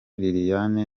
liliane